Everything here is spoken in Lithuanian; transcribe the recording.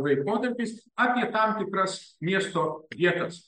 laikotarpiais apie tam tikras miesto vietas